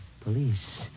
Police